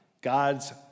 God's